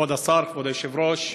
כבוד השר, כבוד היושב-ראש,